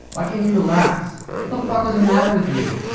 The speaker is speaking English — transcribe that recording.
why can't you relax? what the fuck is a matter with you?